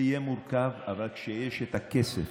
זה יהיה מורכב, אבל כשיש את הכסף